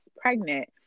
pregnant